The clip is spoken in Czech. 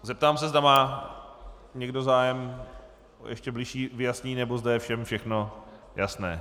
Zeptám se, zda má někdo zájem o ještě bližší vyjasnění, nebo zde je všem všechno jasné.